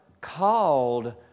called